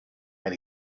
and